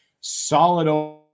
solid